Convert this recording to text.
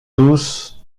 tous